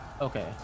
Okay